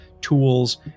tools